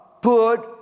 put